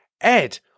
Ed